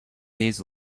these